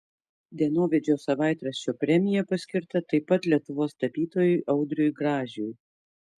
dienovidžio savaitraščio premija paskirta taip pat lietuvos tapytojui audriui gražiui